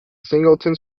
singleton